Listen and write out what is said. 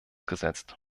gesetzt